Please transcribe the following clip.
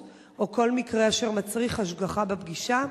או כל מקרה אשר מצריך השגחה בפגישה.